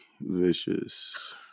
vicious